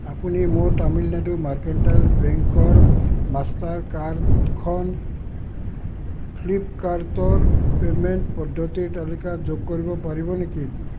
আপুনি মোৰ তামিলনাডু মাৰ্কেণ্টাইল বেংকৰ মাষ্টাৰ কাৰ্ডখন ফ্লিপকাৰ্টৰ পে'মেণ্ট পদ্ধতিৰ তালিকাত যোগ কৰিব পাৰিব নেকি